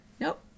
Nope